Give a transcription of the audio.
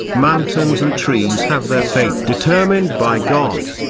mountains and trees have their fate determined by god.